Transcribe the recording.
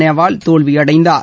நேவால் தோல்வியடைந்தார்